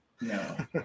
No